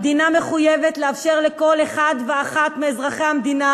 המדינה מחויבת לאפשר לכל אחד ואחת מאזרחי המדינה